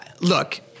look